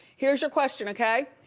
here's your question, okay?